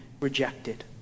rejected